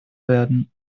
werden